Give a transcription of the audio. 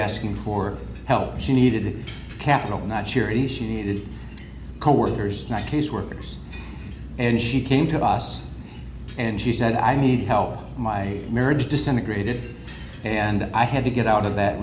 asking for help she needed capital not sure if she needed coworkers not caseworkers and she came to us and she said i need help my marriage disintegrated and i had to get out of that